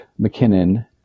McKinnon